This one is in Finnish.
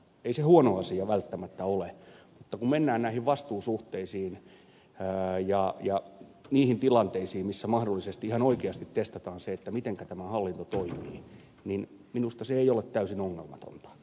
ei se huono asia välttämättä ole mutta kun mennään näihin vastuusuhteisiin ja niihin tilanteisiin missä mahdollisesti ihan oikeasti testataan se mitenkä tämä hallinto toimii niin minusta se ei ole täysin ongelmatonta